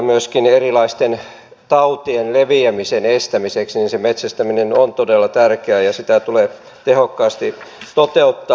myöskin erilaisten tautien leviämisen estämiseksi metsästäminen on todella tärkeää ja sitä tulee tehokkaasti toteuttaa